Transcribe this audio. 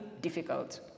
difficult